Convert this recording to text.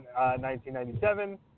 1997